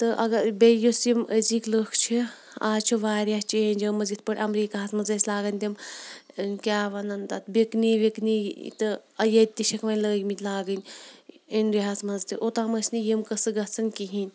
تہٕ اگر بیٚیہِ یُس یِم أزِکۍ لُکھ چھِ اَز چھُ واریاہ چینٛج ٲمٕژ یِتھ پٲٹھۍ اَمریٖکاہَس منٛز ٲسۍ لاگان تِم کیٛاہ وَنان تَتھ بِکنی وِکنی تہٕ ییٚتہِ تہِ چھِکھ وۄنۍ لٲگۍمٕتۍ لاگٕنۍ اِنڈیا ہَس منٛز تہِ اوٚتام ٲسۍ نہٕ یِم قصہٕ گژھان کِہیٖنۍ